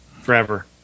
forever